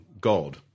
god